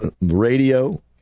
radio